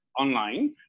online